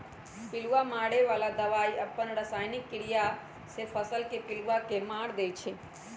पिलुआ मारे बला दवाई अप्पन रसायनिक क्रिया से फसल के पिलुआ के मार देइ छइ